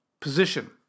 position